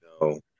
No